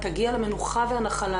תגיע למנוחה ולנחלה